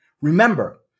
Remember